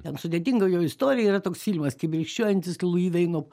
ten sudėtinga jo istorija yra toks filmas kibirkščiuojantis luji veino